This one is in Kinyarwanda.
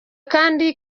kandi